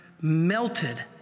melted